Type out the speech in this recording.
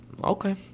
Okay